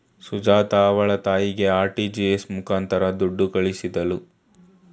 ಸುಜಾತ ಅವ್ಳ ತಾಯಿಗೆ ಆರ್.ಟಿ.ಜಿ.ಎಸ್ ಮುಖಾಂತರ ದುಡ್ಡು ಕಳಿಸಿದ್ಲು